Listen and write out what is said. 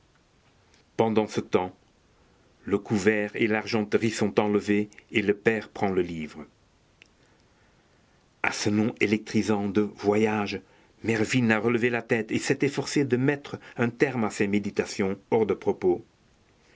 pendant ce temps le couvert et l'argenterie sont enlevés et le père prend le livre a ce nom électrisant de voyages mervyn a relevé la tête et s'est efforcé de mettre un terme à ses méditations hors de propos